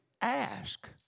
ask